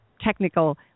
technical